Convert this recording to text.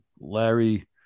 Larry